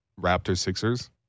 Raptors-Sixers